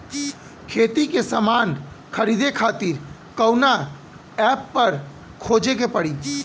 खेती के समान खरीदे खातिर कवना ऐपपर खोजे के पड़ी?